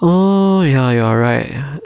oh ya you're right